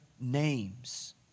names